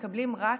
מקבלים רק